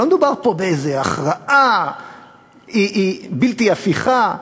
לא מדובר פה באיזו הכרעה בלתי הפיכה.